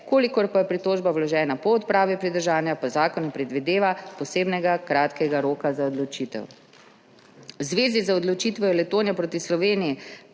če pa je pritožba vložena po odpravi pridržanja, pa zakon ne predvideva posebnega kratkega roka za odločitev. V zvezi z odločitvijo Letonja proti Sloveniji